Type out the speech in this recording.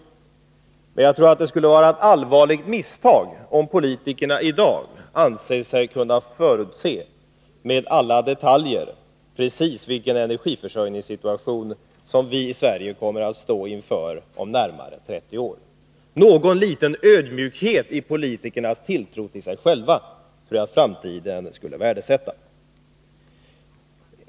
Jag tror emellertid att det skulle vara ett allvarligt misstag av politikerna om de i dag ansåg sig i detalj kunna förutse vilken energiförsörjningssituation vi i Sverige kommer att stå inför inom de närmaste 30 åren. Litet ödmjukhet när det gäller politikernas tilltro till sig själva tror jag att man i framtiden skulle värdesätta.